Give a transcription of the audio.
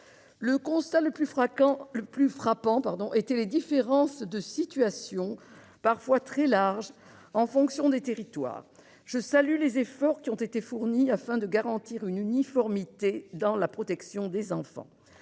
Le constat le plus frappant portait sur les différences de situations, parfois très larges, en fonction des territoires. Je salue les efforts qui ont été accomplis afin de garantir une uniformité dans la protection des enfants.